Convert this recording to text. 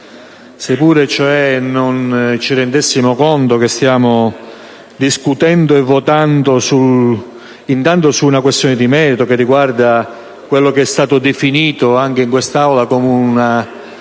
se cioè non ci rendessimo conto che stiamo discutendo e votando su una questione di merito, che riguarda quello che è stato definito anche in questa Aula come una